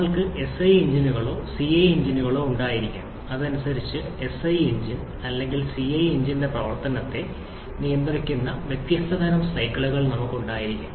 നമ്മൾക്ക് എസ്ഐ എഞ്ചിനുകളോ സിഐ എഞ്ചിനുകളോ ഉണ്ടായിരിക്കാം അതനുസരിച്ച് എസ്ഐ എഞ്ചിൻ അല്ലെങ്കിൽ സിഐ എഞ്ചിൻറെ പ്രവർത്തനത്തെ നിയന്ത്രിക്കുന്ന വ്യത്യസ്ത തരം സൈക്കിളുകൾ നമ്മൾക്ക് ഉണ്ടായിരിക്കാം